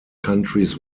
countries